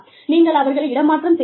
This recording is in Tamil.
நீங்கள் அவர்களை இடமாற்றம் செய்யலாம்